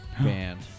Band